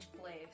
place